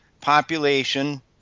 population